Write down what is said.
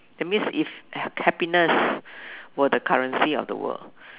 that means if hap~ happiness were the currency of the world